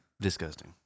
Disgusting